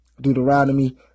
Deuteronomy